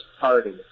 party